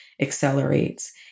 accelerates